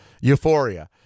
Euphoria